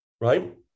right